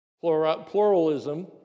pluralism